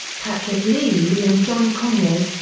patrick leahy and john conyers,